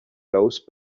those